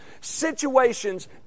situations